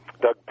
Doug